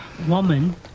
woman